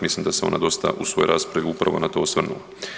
Mislim da se ona dosta u svojoj raspravi upravo na to osvrnula.